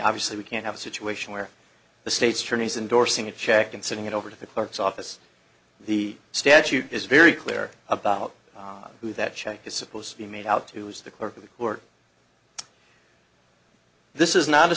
obviously we can't have a situation where the state's attorneys endorsing a check and sending it over to the clerk's office the statute is very clear about who that check is supposed to be made out who is the clerk of court this is not a